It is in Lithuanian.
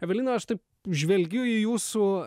evelina aš taip žvelgiu į jūsų